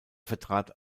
vertrat